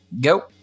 go